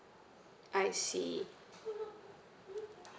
I see